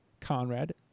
Conrad